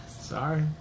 Sorry